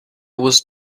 was